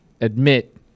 admit